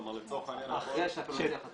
כלומר לצורך העניין --- אחרי שתחתום על חוזה